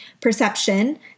Perception